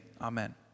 Amen